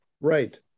right